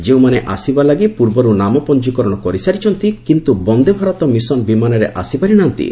ଯେଉଁମାନେ ଆସିବା ଲାଗି ପୂର୍ବରୁ ନାମ ପଞ୍ଜୀକରଣ କରିସାରିଛନ୍ତି କିନ୍ତୁ ବନ୍ଦେ ଭାରତ ମିଶନ୍ ବିମାନରେ ଆସି ପାରିନାହାନ୍ତି